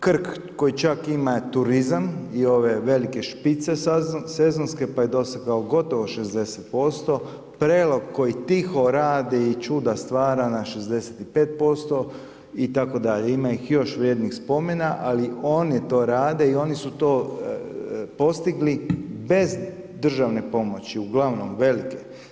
Krk koji čak ima turizam i ove velike špice sezonske pa je dosegao gotovo 60%, Prelog koji tiho radi i čuda stvara na 65% itd. ima ih još vrijednih spomena, ali oni to rade i oni su to postigli bez državne pomoći uglavnom velike.